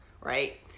right